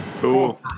cool